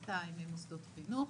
5,200 מוסדות חינוך.